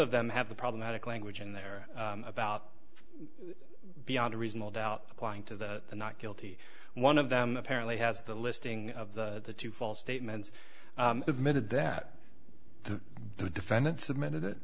of them have the problematic language in there about beyond a reasonable doubt applying to the not guilty one of them apparently has the listing of the two false statements admitted that the defendant submitted it